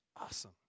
awesome